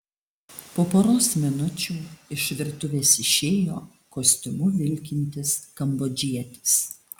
po poros minučių iš virtuvės išėjo kostiumu vilkintis kambodžietis